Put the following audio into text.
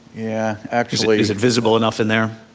yeah, actually is it visible enough in there?